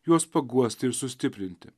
juos paguosti ir sustiprinti